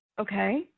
Okay